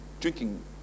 drinking